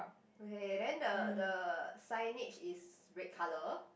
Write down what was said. okay then the the signage is red colour